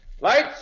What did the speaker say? Lights